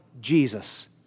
Jesus